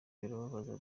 birababaza